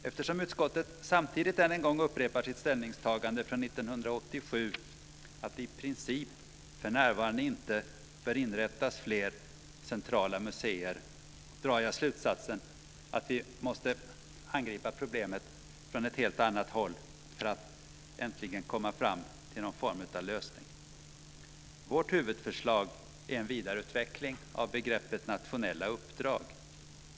Eftersom utskottet samtidigt än en gång upprepar sitt ställningstagande från 1987, att det i princip för närvarande inte bör inrättas fler centrala museer, drar jag slutsatsen att vi måste angripa problemet från ett helt annat håll för att äntligen komma fram till någon form av lösning. Vårt huvudförslag är en vidareutveckling av begreppet "nationella uppdrag".